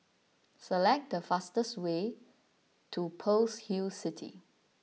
Select the fastest way to Pearl's Hill City